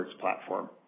platform